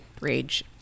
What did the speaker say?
rage